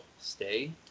stay